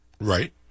Right